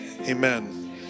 amen